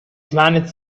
planet